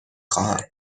خواهم